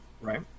Right